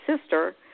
sister